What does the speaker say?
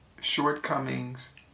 shortcomings